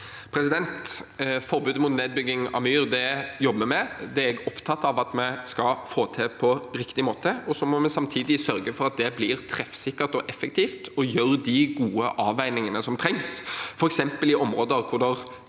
jobber vi med. Det er jeg opptatt av at vi skal få til på riktig måte. Vi må samtidig sørge for at det blir treffsikkert og effektivt, og gjøre de gode avveiningene som trengs,